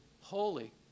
holy